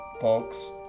folks